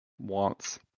wants